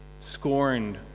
scorned